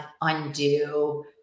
undo